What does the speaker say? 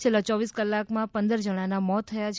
છેલ્લા ચોવીસ કલાકમાં પંદર જણાના મોત થયાં છે